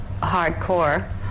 hardcore